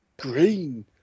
Green